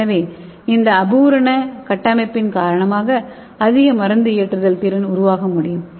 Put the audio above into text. எனவே இந்த அபூரண கட்டமைப்பின் காரணமாக அதிக மருந்து ஏற்றுதல் திறன் உருவாக முடியும்